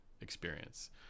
experience